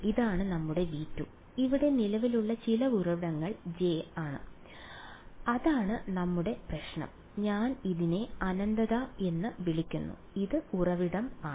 ഇതാണ് നമ്മുടെ V2 ഇവിടെ നിലവിലുള്ള ചില ഉറവിടങ്ങൾ J ആണ് അതാണ് നമ്മുടെ പ്രശ്നം ഞാൻ ഇതിനെ അനന്തത എന്ന് വിളിക്കുന്നു ഇത് ഉറവിടം ആണ്